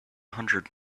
hundred